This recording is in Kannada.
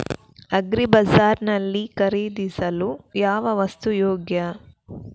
ಅಗ್ರಿ ಬಜಾರ್ ನಲ್ಲಿ ಖರೀದಿಸಲು ಯಾವ ವಸ್ತು ಯೋಗ್ಯ?